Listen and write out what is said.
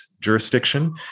jurisdiction